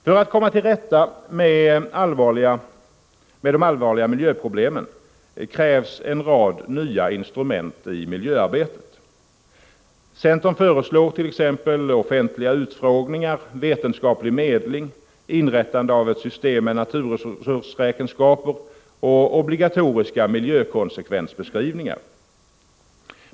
För att komma till rätta med de allvarliga miljöproblemen krävs en rad nya instrument i miljöarbetet. Centern föreslår t.ex. offentliga utfrågningar, vetenskaplig medling, inrättande av ett system med naturresursräkenskaper och obligatoriska miljökonsekvensbeskrivningar.